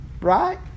Right